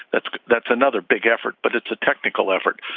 that's that's another big effort. but it's a technical effort.